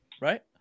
right